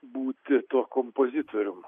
būti tuo kompozitorium